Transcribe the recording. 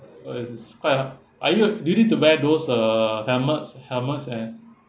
oh it's quite uh are you do you need to wear those uh helmets helmets and